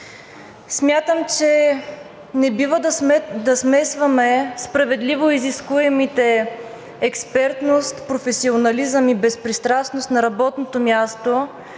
Смятам, че не бива да смесваме справедливо изискуемите експертност, професионализъм и безпристрастност на работното място